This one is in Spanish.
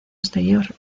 exterior